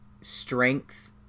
strength